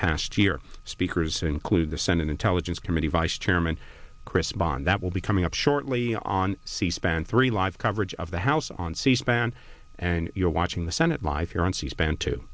past year speakers include the senate intelligence committee vice chairman chris bond that will be coming up shortly on c span three live coverage of the house on c span and you're watching the senate live here on c span t